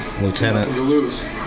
lieutenant